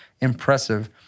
impressive